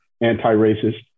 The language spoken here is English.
anti-racist